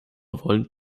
wollen